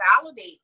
validate